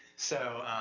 so,